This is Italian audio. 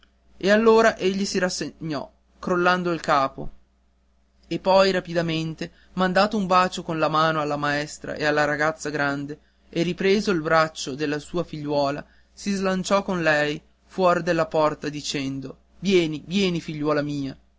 e allora egli si rassegnò crollando il capo e poi rapidamente mandato un bacio con la mano alla maestra e alla ragazza grande e ripreso il braccio della sua figliuola si slanciò con lei fuor della porta dicendo vieni vieni figliuola mia